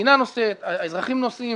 המדינה נושאת, האזרחים נושאים.